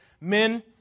men